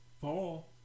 fall